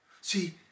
See